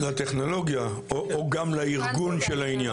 לטכנולוגיה, או גם לארגון של העניין?